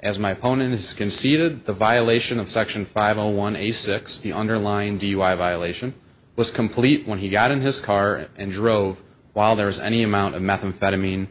as my opponents conceded the violation of section five zero one eight six the underlying dui violation was complete when he got in his car and drove while there was any amount of methamphetamine